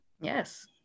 yes